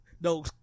no